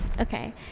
okay